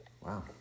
Wow